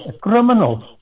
criminals